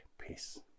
peace